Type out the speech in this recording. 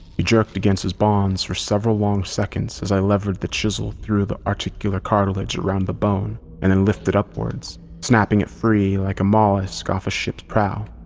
he jerked against his bonds for several long seconds as i levered the chisel through the articular cartilage around the bone and then lifted upward, snapping it free like a mollusk off a ship's prow.